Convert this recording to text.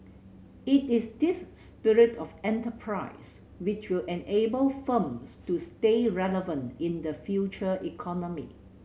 it is this spirit of enterprise which will enable firms to stay relevant in the future economy